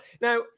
Now